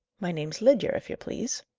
my name's lidyar, if you please.